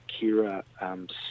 Kira